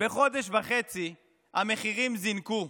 בחודש וחצי המחירים זינקו,